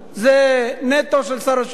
זה נטו של שר השיכון.